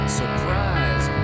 surprise